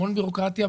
המון בירוקרטיה,